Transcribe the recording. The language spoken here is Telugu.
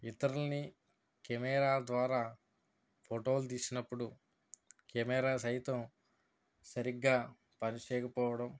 ఇతరులని కెమెరా ద్వారా ఫోటోలు తీసినప్పుడు కెమెరా సైతం సరిగా పనిచేయకపోవడం